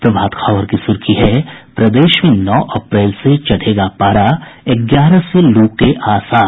प्रभात खबर की सुर्खी है प्रदेश में नौ अप्रैल से चढ़ेगा पारा ग्यारह से लू के आसार